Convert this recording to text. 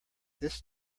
this